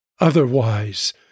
Otherwise